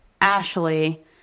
Ashley